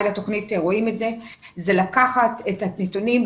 לתוכנית רואים את זה כך זה לקחת את הנתונים,